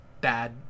bad